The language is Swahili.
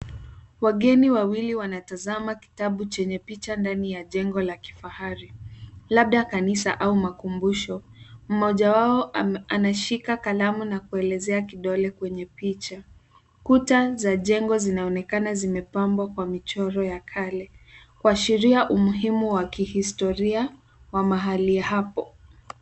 Wageni wawili wanatazama kitabu chenye picha ndani ya jengo la kifahari, labda kanisa au makumbusho. Mmoja wao anashika kalamu na kuelezea kidole kwenye picha. Kuta za jengo zinaonekana zimepambwa kwa michoro ya kale, kuashiria umuhimu wa kihistoria wa mahali hapo.